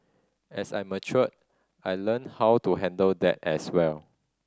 as I matured I learnt how to handle that as well